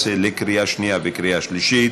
2017, בקריאה שנייה ובקריאה שלישית.